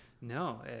No